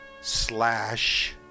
slash